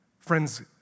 Friends